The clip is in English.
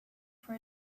for